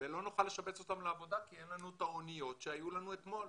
ולא נוכל לשבץ אותם לעבודה כי אין לנו את האוניות שהיו לנו אתמול.